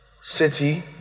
city